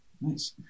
Nice